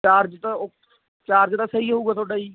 charge ਤਾਂ ਉਹ charge ਤਾਂ ਸਹੀ ਹੋਊਗਾ ਤੁਹਾਡਾ ਜੀ